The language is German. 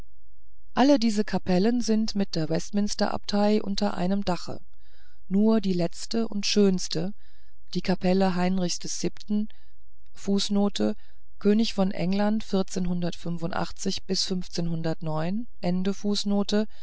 alle diese kapellen sind mit der westminster abtei unter einem dache nur die letzte und schönste die kapelle heinrichs